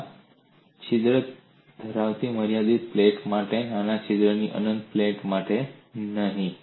આ છિદ્ર ધરાવતી મર્યાદિત પ્લેટ માટે છે નાના છિદ્રવાળી અનંત પ્લેટ માટે નહીં